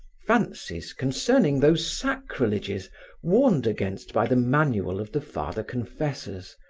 fancies concerning those sacrileges warned against by the manual of the father confessors,